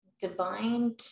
divine